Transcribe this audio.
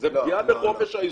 זו פגיעה בחופש העיסוק.